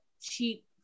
cheap